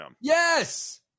Yes